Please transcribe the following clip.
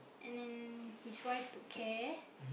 and then his wife took care